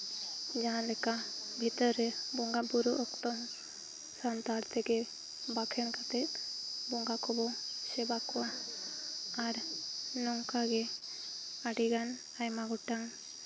ᱡᱟᱦᱟᱸ ᱞᱮᱠᱟ ᱵᱷᱤᱛᱟᱹᱨ ᱨᱮ ᱵᱚᱸᱜᱟᱼᱵᱳᱨᱳ ᱚᱠᱛᱚ ᱦᱚᱸ ᱥᱟᱱᱛᱟᱲ ᱛᱮᱜᱮ ᱵᱟᱠᱷᱮᱬ ᱠᱟᱛᱮ ᱵᱚᱸᱜᱟ ᱠᱚᱵᱚ ᱥᱮᱵᱟ ᱠᱚᱣᱟ ᱟᱨ ᱱᱚᱝᱠᱟᱜᱮ ᱟᱹᱰᱤᱜᱟᱱ ᱟᱭᱢᱟ ᱜᱚᱴᱟᱝ